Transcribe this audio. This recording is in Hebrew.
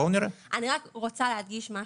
אני רק רוצה להדגיש משהו,